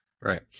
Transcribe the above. Right